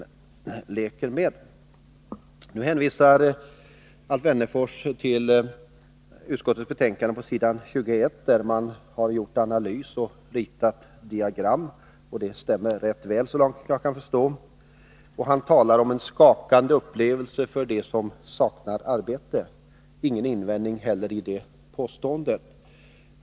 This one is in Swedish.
Alf Wennerfors hänvisar till s. 21 i utskottets betänkande, där man har gjort en analys och ritat diagram. Det stämmer rätt väl så långt jag kan förstå. Han talar om en skakande upplevelse för dem som saknar arbete. Jag har ingen invändning heller mot det påståendet.